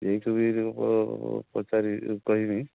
ଏଇ ସବୁ ବିଷୟ ପଚାରିବି କହିବି